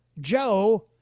Joe